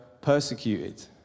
persecuted